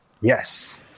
Yes